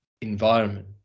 environment